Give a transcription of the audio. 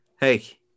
Hey